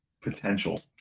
potential